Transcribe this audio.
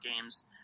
games